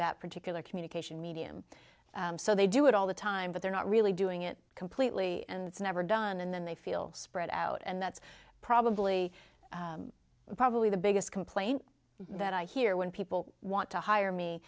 that particular communication medium so they do it all the time but they're not really doing it completely and it's never done and then they feel spread out and that's probably probably the biggest complaint that i hear when people want to hire me